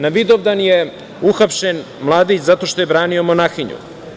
Na Vidovdan je uhapšen mladić zato što je branio monahinju.